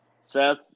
Seth